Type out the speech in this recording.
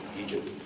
Egypt